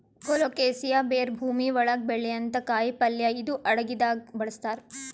colocasia ಬೇರ್ ಭೂಮಿ ಒಳಗ್ ಬೆಳ್ಯಂಥ ಕಾಯಿಪಲ್ಯ ಇದು ಅಡಗಿದಾಗ್ ಬಳಸ್ತಾರ್